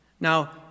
Now